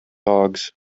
dogs